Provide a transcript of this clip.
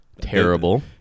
Terrible